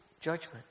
judgment